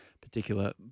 particular